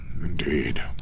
Indeed